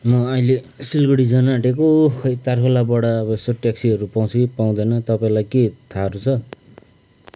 म अहिले सिलगढी जानु आँटेको खोई तारखोलाबाट अब यसो ट्याक्सीहरू पाउँछ कि पाउँदैन तपाईँलाई के थाहाहरू छ